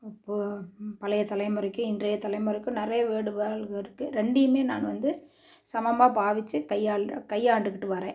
இப்போது பழைய தலைமுறைக்கும் இன்றைய தலைமுறைக்கும் நெறைய வேடுபால்க இருக்குது ரெண்டையுமே நான் வந்து சமமாக பாவித்து கையாள்கிற கையாண்டுக்கிட்டு வரேன்